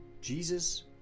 Jesus